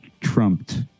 trumped